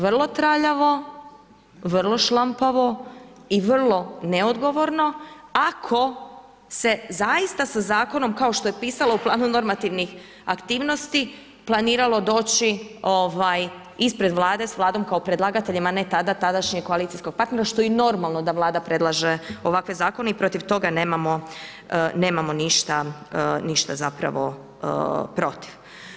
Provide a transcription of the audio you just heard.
Vrlo traljavo, vrlo šlampavo i vrlo neodgovorno, ako se zaista sa zakonom, kao što je pisalo u planu normativnih aktivnosti planiralo doći ispred Vlade, s Vladom kao predlagateljima a ne tada tadašnjeg koalicijskog partnera što je i normalno da Vlada predlaže ovakve zakone i protiv toga nemamo ništa zapravo protiv.